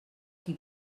qui